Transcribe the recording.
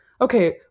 okay